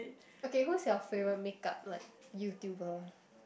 okay who's your favourite makeup like YouTuber